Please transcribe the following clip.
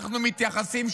אנחנו מתייחסים,